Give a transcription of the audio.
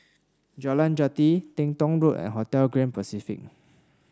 Jalan Jati Teng Tong Road and Hotel Grand Pacific